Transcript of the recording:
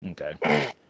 Okay